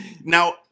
Now